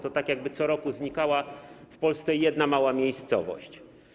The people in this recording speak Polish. To tak jakby co roku znikała w Polsce jedna mała miejscowość.